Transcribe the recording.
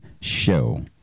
show